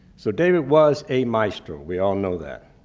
so david was a maestro. we all know that.